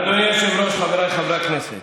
אדוני היושב-ראש, חבריי חברי הכנסת,